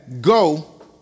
go